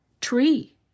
tree